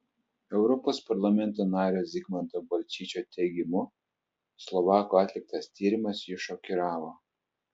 europos parlamento nario zigmanto balčyčio teigimu slovakų atliktas tyrimas jį šokiravo